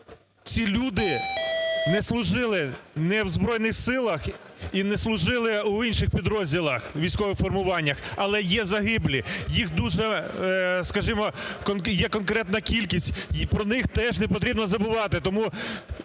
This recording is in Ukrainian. Ці люди не служили ні в Збройних Силах, і не служили в інших підрозділах, військових формуваннях. Але загиблі, їх дуже… скажімо, є конкретна кількість. Про них теж не потрібно забувати,